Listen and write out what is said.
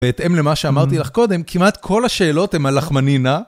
בהתאם למה שאמרתי לך קודם, כמעט כל השאלות הן הלחמנינה.